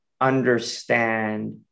understand